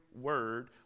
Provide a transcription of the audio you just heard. word